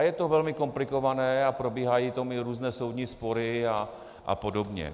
Je to velmi komplikované a probíhají o tom i různé soudní spory apod.